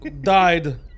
died